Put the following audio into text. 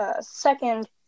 second